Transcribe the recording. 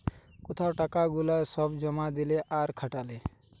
কোথায় টাকা গুলা সব জমা দিলে আর খাটালে